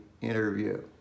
interview